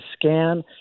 scan